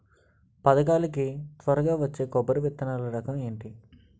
పథకాల కి త్వరగా వచ్చే కొబ్బరి విత్తనాలు రకం ఏంటి?